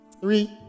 Three